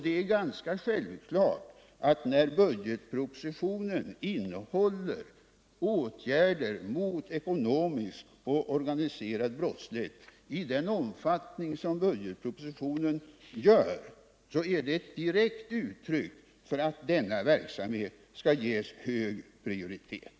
Det är ganska självklart att när budgetpropositionen innehåller förslag till åtgärder mot ekonomisk och organiserad brottslighet i den omfattning som den gör, är det ett direkt uttryck för att denna verksamhet skall ges hög prioritet.